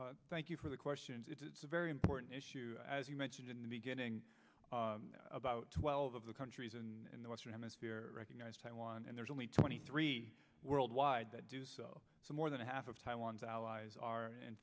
states thank you for the question it's a very important issue as you mentioned in the beginning about twelve of the countries and the western hemisphere recognize taiwan and there's only twenty three worldwide that do so so more than half of taiwan's allies are in